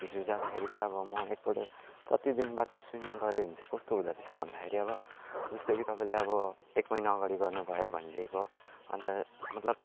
हिजो जाँदाखेरि चाहिँ म एक पल्ट कति दिन बाद सुइमिङ गर्यो भने चाहिँ कस्तो हुँदो रहेछ भन्दाखेरि अब जस्तै कि तपाईँले अब एक महिना अगाडि गर्नु भयो भनेदेखिको अन्त मतलब